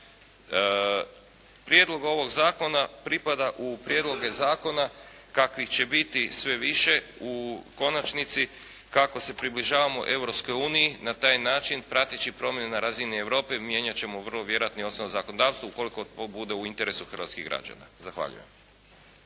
Prijedlog ovog zakona pripada u prijedloge zakona kakvih će biti sve više u konačnici kako se približavamo Europskoj uniji na taj način prateći promjene na razini Europe mijenjat ćemo vrlo vjerojatno i osnovno zakonodavstvo ukoliko to bude u interesu hrvatskih građana. Zahvaljujem.